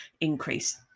increase